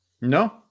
No